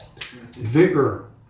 Vigor